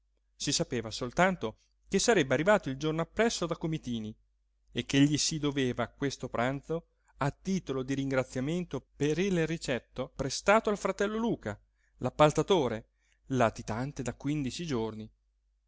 si sapeva soltanto che sarebbe arrivato il giorno appresso da comitini e che gli si doveva questo pranzo a titolo di ringraziamento per il ricetto prestato al fratello luca l'appaltatore latitante da quindici giorni